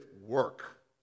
work